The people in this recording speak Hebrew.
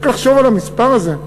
רק לחשוב על המספר הזה,